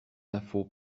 infos